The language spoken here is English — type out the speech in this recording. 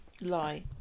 lie